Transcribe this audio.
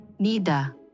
Nida